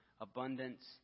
abundance